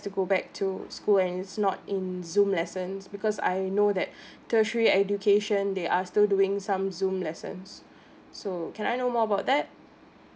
to go back to school and it's not in zoom lessons because I know that tertiary education they are still doing some zoom lessons so can I know more about that